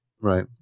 right